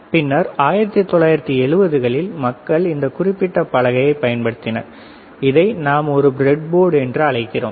பின்னர் 1970 களில் மக்கள் இந்த குறிப்பிட்ட பலகையை கண்டுபிடித்தனர் இதை நாம் ஒரு பிரெட் போர்டு என்று அழைக்கிறோம்